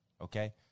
Okay